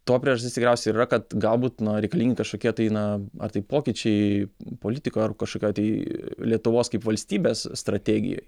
to priežastis tikriausiai ir yra kad galbūt na reikalingi kažkokie tai na ar tai pokyčiai politika ar kažkokia tai lietuvos kaip valstybės strategija